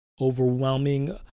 overwhelming